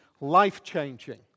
life-changing